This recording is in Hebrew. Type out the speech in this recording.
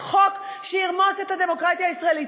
חוק שירמוס את הדמוקרטיה הישראלית,